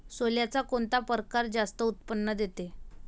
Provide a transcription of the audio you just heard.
सोल्याचा कोनता परकार जास्त उत्पन्न देते?